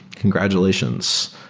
congratulations.